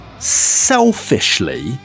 selfishly